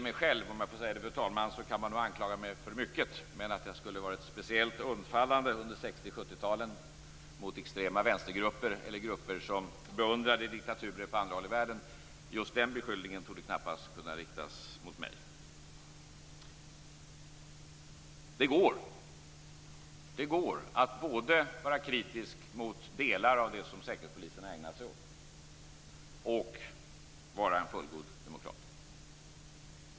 Mig själv, om jag får säga det, fru talman, kan man anklaga för mycket, men beskyllningen att jag skulle ha varit speciellt undfallande under 60 och 70 talen mot extrema vänstergrupper eller grupper som beundrade diktaturer på andra håll i världen torde knappast kunna riktas mot mig. Det går att både vara kritisk mot delar av det som Säkerhetspolisen har ägnat sig åt och vara en fullgod demokrat.